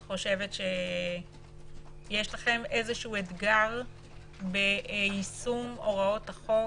את חושבת שיש לכם אתגר ביישום הוראות החוק